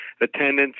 attendance